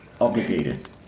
Obligated